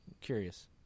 Curious